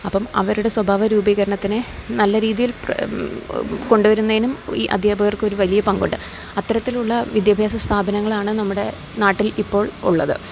അപ്പോള് അവരുടെ സ്വഭാവ രൂപീകരണത്തിന് നല്ല രീതിയിൽ കൊണ്ടുവരുന്നതിനും ഈ അദ്ധ്യാപകർക്കൊരു വലിയ പങ്കുണ്ട് അത്തരത്തിലുള്ള വിദ്യാഭ്യാസ സ്ഥാപനങ്ങളാണ് നമ്മുടെ നാട്ടിൽ ഇപ്പോൾ ഉള്ളത്